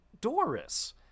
Doris